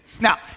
Now